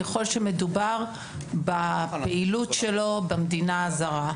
ככל שמדובר בפעילות שלו במדינה הזאה.